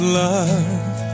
love